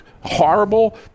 horrible